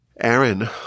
Aaron